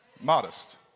Modest